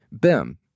BIM